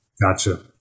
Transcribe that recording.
Gotcha